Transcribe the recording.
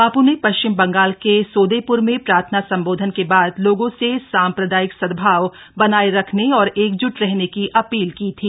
बापू ने पश्चिम बंगाल के सोदेप्र में प्रार्थना संबोधन के बाद लोगों से साम्प्रदायिक सद्भाव बनाये रखने और एकज्ट रहने की अपील की थी